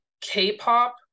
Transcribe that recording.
k-pop